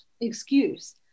excuse